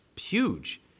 huge